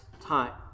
time